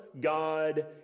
God